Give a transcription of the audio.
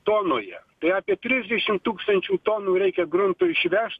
tonoje tai apie trisdešim tūkstančių tonų reikia grunto išvežt